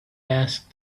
asked